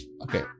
Okay